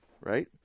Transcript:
right